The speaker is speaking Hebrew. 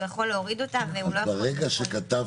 הוא יכול להוריד אותה --- ברגע שכתבת